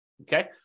okay